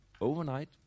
overnight